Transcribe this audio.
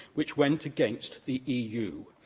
which went against the eu.